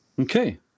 okay